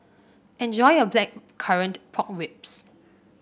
enjoy your Blackcurrant Pork Ribs